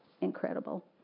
incredible